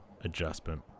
adjustment